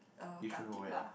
uh Khatib lah